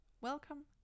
Welcome